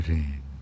Rain